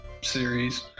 series